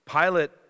Pilate